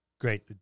Great